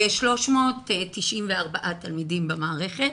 44,394 תלמידים במערכת.